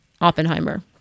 Oppenheimer